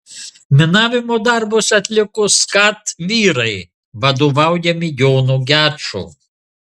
minavimo darbus atliko skat vyrai vadovaujami jono gečo